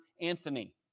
Anthony